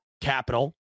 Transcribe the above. capital